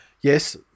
Yes